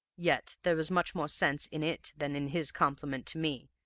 yet there was much more sense in it than in his compliment to me,